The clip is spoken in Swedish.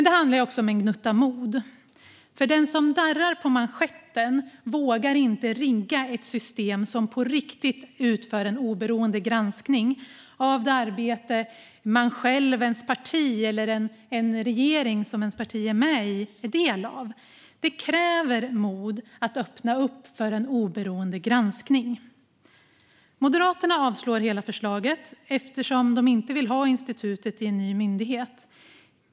Det handlar också om en gnutta mod, för den som darrar på manschetten vågar inte rigga ett system som på riktigt utför en oberoende granskning av det arbete som man själv, ens parti eller en regering som det egna partiet är en del av utför. Det kräver mod att öppna upp för oberoende granskning. Moderaterna avslår hela förslaget, eftersom de inte vill ha institutet i en ny myndighet.